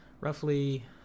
roughly